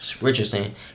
Richardson